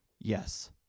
Yes